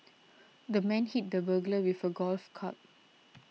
the man hit the burglar with a golf club